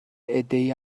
عدهای